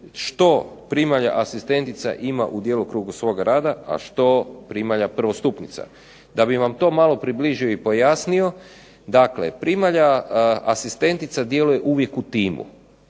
što primalja asistentica ima u djelokrugu svoga rada, a što primalja prvostupnica. Da bi vam to malo približio i pojasnio, dakle primalja asistentica djeluje uvijek u timu.